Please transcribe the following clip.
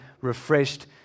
refreshed